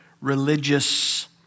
religious